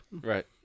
Right